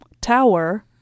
Tower